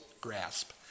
grasp